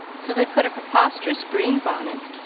so they put a preposterous green bonnet,